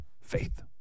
Faith